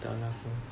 entah lah apa